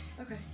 Okay